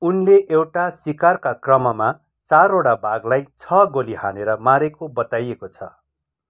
उनले एउटा शिकारका क्रममा चारवटा बाघलाई छ गोली हानेर मारेको बताइएको छ